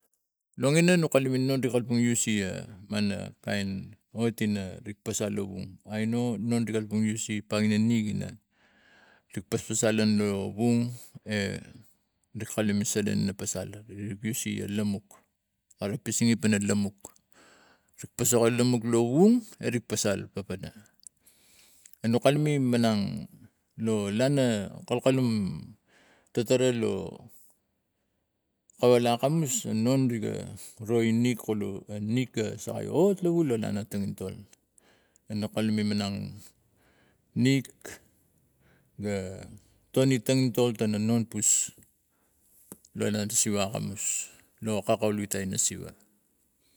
Long ina nok kalume no id kalapang use mana kain hat ina rik pasal lavong aino non di kalapang use page na nik paspasal lavong erik kalapang use page na nik paspasal lavong. erik kalume salan ina pasal use lamuk kare pese pana lamuk pasako lamuk lovung erik pasal papana anok kalume manang lo lana kal kalume tatana lo kawalak akamas non niga roi nik kuru na nik gai sakai hot lau lalang tongintol ana kalume manang nik ga tongi tongintol tono non pus lo lana siva akamus lo kakautlata ina siva